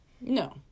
No